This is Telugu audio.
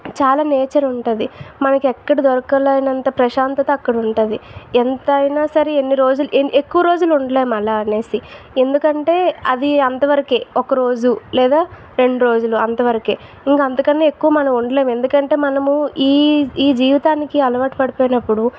చాలా నేచర్ ఉంటుంది మనకి ఎక్కడ దొరకలేనంత ప్రశాంతత అక్కడ ఉంటుంది ఎంత అయినా సరే ఎన్ని రోజులు ఎక్కువ రోజులు ఉండలేము అలా అనేసి ఎందుకంటే అది అంత వరకే ఒక రోజు లేదా రెండు రోజులు అంత వరకే ఇంకా అంత కన్నా ఎక్కువ మనం ఉండలేం ఎందుకంటే మనము ఈ ఈ జీవితానికి అలవాటు పడిపోయినప్పుడు